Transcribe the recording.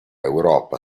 europa